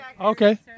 Okay